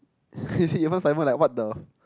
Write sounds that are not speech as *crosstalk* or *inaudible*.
*laughs* even Simon like what the